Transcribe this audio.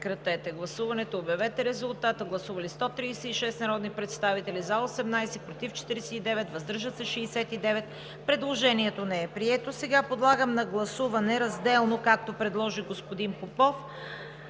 представители. Гласували 136 народни представители: за 18, против 49, въздържали се 69. Предложението не е прието. Подлагам на гласуване разделно, както предложи господин Попов,